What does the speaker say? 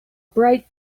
bright